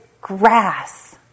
grass